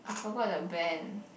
I forgot the band